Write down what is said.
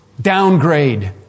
downgrade